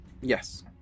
Yes